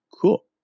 cool